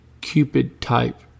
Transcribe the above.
Cupid-type